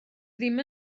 ddim